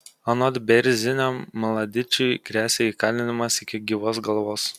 anot bėrzinio mladičiui gresia įkalinimas iki gyvos galvos